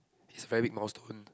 is a very big milestone